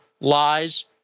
lies